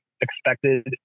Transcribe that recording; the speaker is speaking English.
expected